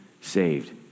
saved